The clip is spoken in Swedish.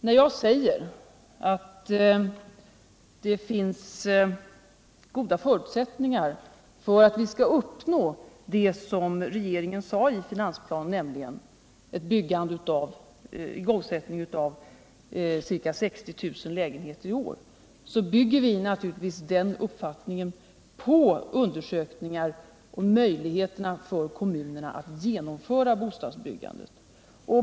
När jag säger att det finns goda förutsättningar för att vi skall kunna uppnå det regeringen säger i finansplanen, nämligen igångsättning av ca 60 000 lägenheter i år, så bygger naturligtvis den uppfattningen på undersökningar om möjligheterna för kommunerna att genomföra bostadsbyggandet.